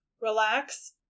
relax